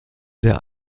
der